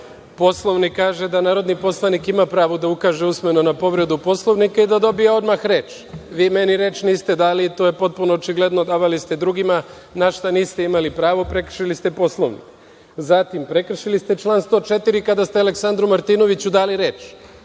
Poslovnik kaže da narodni poslanik ima pravo da ukaže usmeno na povredu Poslovnika i da dobije odmah reč. Vi meni reč niste dali i to je potpuno očigledno, davali ste drugima, a na šta niste imali pravo i prekršili ste Poslovnik. Prekršili ste član 104. kada ste Aleksandru Martinoviću dali reč